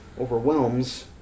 overwhelms